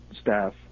staff